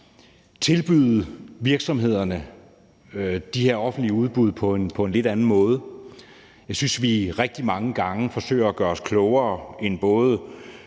tilbyde virksomhederne de her offentlige udbud på en lidt anden måde. Jeg synes, at vi rigtig mange gange forsøger at gøre os klogere end både